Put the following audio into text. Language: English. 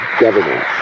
government